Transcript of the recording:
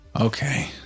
Okay